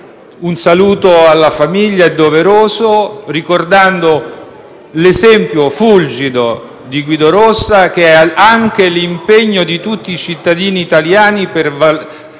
Un saluto alla famiglia è doveroso, ricordando l'esempio fulgido di Guido Rossa, che è anche l'impegno di tutti i cittadini italiani per